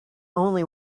only